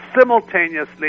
simultaneously